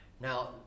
Now